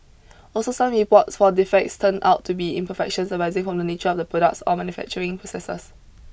also some reports for defects turned out to be imperfections arising from the nature of the products or manufacturing processes